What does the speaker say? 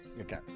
Okay